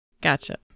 Gotcha